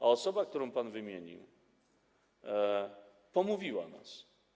A osoba, którą pan wymienił, pomówiła nas.